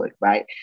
Right